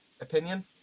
opinion